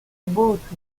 baotred